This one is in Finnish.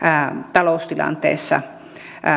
taloustilanteessa